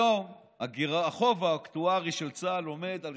היום החוב האקטוארי של צה"ל עומד על